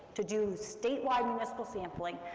to do statewide municipal sampling.